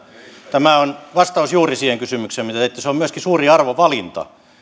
tämä on vastaus juuri siihen kysymykseen minkä esititte se on myöskin suuri arvovalinta että